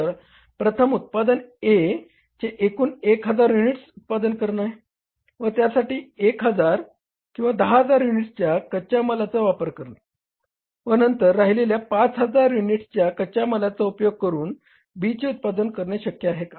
तर प्रथम उत्पादन A चे एकूण 10000 युनिट्सचे उत्पादन करणे व त्यासाठी 10000 युनिट्सच्या कच्या मालाचा वापर करणे व त्यानंतर राहिलेल्या 5000 युनिट्सच्या कच्या मालाचा उपयोग करून B चे उत्पादन करणे शक्य आहे का